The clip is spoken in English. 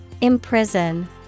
Imprison